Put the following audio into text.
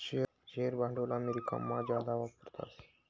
share भांडवल अमेरिकामा जादा वापरतस